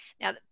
Now